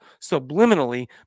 subliminally